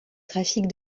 trafic